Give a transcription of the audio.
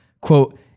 quote